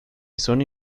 sony